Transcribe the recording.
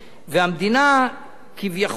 והמדינה כביכול,